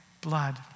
blood